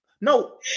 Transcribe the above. no